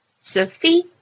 Sophie